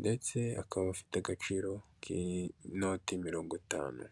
ndetse akaba afite agaciro k'inote mirongo itanu.